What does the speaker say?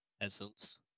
Essence